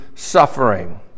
suffering